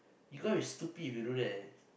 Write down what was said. you going to be stupid if you do that eh